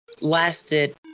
lasted